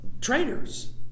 traitors